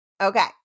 Okay